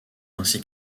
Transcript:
ainsi